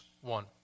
One